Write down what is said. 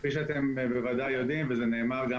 כפי שאתם בוודאי יודעים, וזה נאמר גם